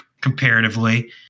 comparatively